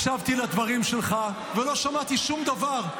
הקשבתי לדברים שלך ולא שמעתי שום דבר.